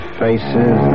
faces